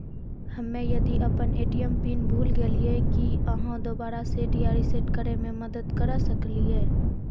हम्मे यदि अपन ए.टी.एम पिन भूल गलियै, की आहाँ दोबारा सेट या रिसेट करैमे मदद करऽ सकलियै?